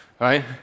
Right